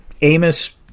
Amos